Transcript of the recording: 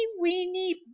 weeny